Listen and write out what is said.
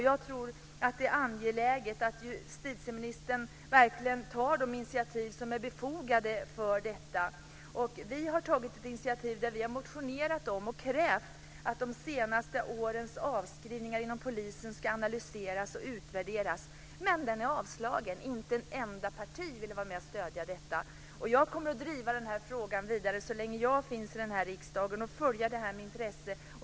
Jag tror att det är angeläget att justitieministern verkligen tar de initiativ som är befogade för detta. Vi har tagit ett initiativ där vi i en motion krävt att de senaste årens avskrivningar inom polisen ska analyseras och utvärderas, men den motionen blev avslagen. Inte ett enda parti ville vara med och stödja detta. Jag kommer att driva den här frågan vidare så länge jag finns i den här riksdagen och följa detta med intresse.